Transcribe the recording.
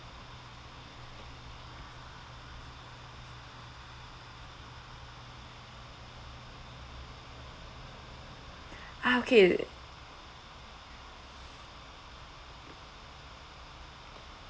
ah okay